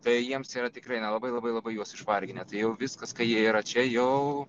tai jiems yra tikrai na labai labai labai juos išvarginę tai jau viskas kai jie yra čia jau